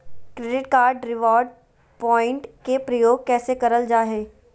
Credit card reward point के प्रयोग कैसे करल जा है?